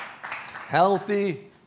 healthy